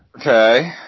Okay